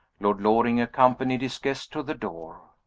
lord loring accompanied his guest to the door.